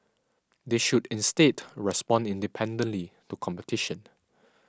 they should instead respond independently to competition